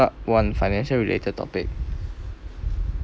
part one financial related topic